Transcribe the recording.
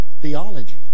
theology